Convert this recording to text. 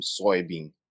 soybean